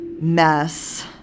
mess